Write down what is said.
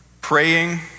praying